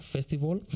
Festival